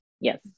Yes